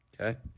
Okay